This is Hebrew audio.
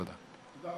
תודה.